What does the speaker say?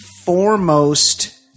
foremost